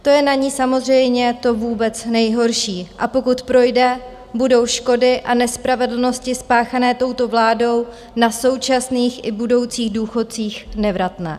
To je na ní samozřejmě to vůbec nejhorší, a pokud projde, budou škody a nespravedlnosti spáchané touto vládou na současných i budoucích důchodcích nevratné.